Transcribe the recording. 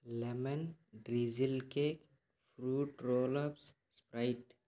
lemon drizzle cake fruit rollups Sprite